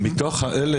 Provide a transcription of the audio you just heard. מתוך אלה